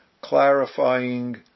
clarifying